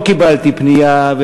לא קיבלתי פנייה.